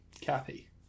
Cappy